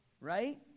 right